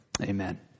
Amen